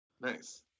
Nice